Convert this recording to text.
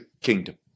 kingdom